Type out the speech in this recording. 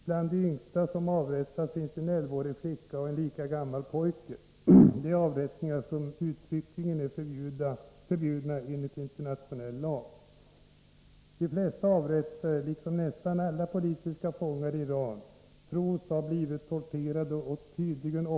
Bland de yngsta som har avrättats finns en elvaårig flicka från Isfahan och en lika gammal pojke. Det är avrättningar som uttryckligen är förbjudna enligt internationell lag. De flesta av de avrättade, liksom nästan alla politiska fångar i Iran, tros ha blivit torterade.